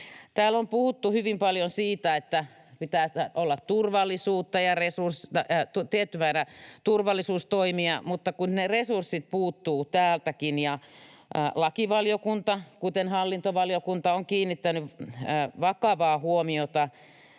Täällä on puhuttu hyvin paljon siitä, että pitää olla turvallisuutta ja tietty määrä turvallisuustoimia, mutta kun ne resurssit puuttuvat täältäkin. Lakivaliokunta, kuten hallintovaliokunta, on kiinnittänyt vakavaa huomiota